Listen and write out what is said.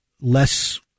less